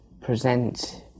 present